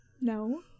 No